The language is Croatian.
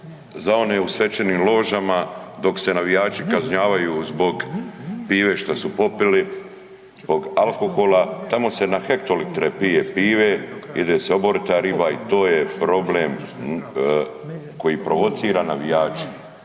za one u svečanim ložama dok se navijači kažnjavaju zbog pive što su popili, zbog alkohola, tamo se na hektolitre pije pive, jede se oborita riba i to je problem koji provocira navijače.